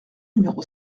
numéro